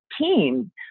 team